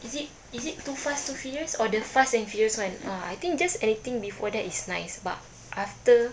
is it is it too fast too furious or the fast and furious one oh I think just anything before that is nice but after